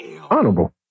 Honorable